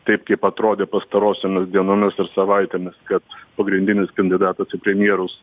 taip kaip atrodė pastarosiomis dienomis ir savaitėmis kad pagrindinis kandidatas į premjerus